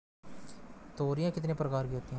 तोरियां कितने प्रकार की होती हैं?